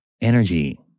energy